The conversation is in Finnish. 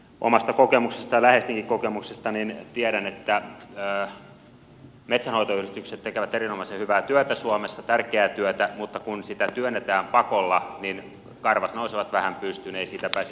omasta kokemuksestani ja läheistenkin kokemuksista tiedän että metsänhoitoyhdistykset tekevät erinomaisen hyvää työtä suomessa tärkeää työtä mutta kun sitä työnnetään pakolla niin karvat nousevat vähän pystyyn ei siitä pääse mihinkään